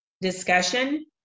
discussion